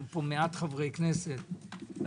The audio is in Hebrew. אנו מעט חברי כנסת פה,